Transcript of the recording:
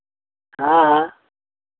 हाँ हाँ